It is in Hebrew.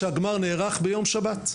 שהגמר נערך ביום שבת,